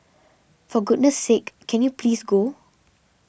for goodness sake can you please go